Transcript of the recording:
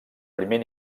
primer